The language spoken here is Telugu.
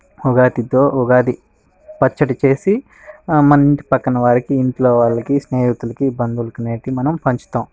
వాటితో ఉగాది పచ్చడి చేసి మన ఇంటి పక్కన వారికి ఇంట్లో వాళ్ళకి స్నేహితులికి బంధువులు అనే వారికి మనం పంచుతాం